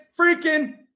freaking